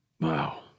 Wow